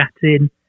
chatting